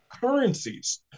currencies